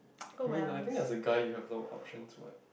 I mean I think as a guy you have no options what